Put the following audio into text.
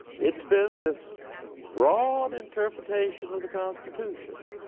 it s been this broad interpretation of the constitution